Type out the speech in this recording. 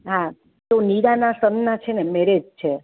હા તો નીરાના સનના છે ને મેરેજ છે